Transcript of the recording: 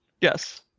Yes